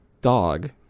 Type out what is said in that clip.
dog